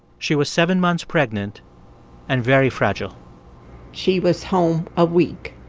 she was seven months pregnant and very fragile she was home a week.